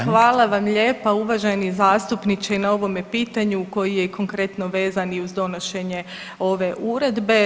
Hvala vam lijepa uvaženi zastupniče i na ovome pitanju koji je i konkretno vezan i uz donošenje ove uredbe.